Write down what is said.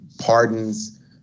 pardons